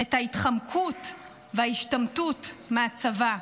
את ההתחמקות וההשתמטות מהצבא.